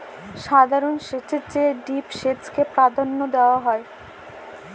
সাধারণ সেচের চেয়ে ড্রিপ সেচকে প্রাধান্য দেওয়া হয়